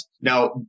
Now